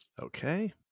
okay